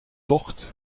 tocht